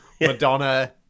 Madonna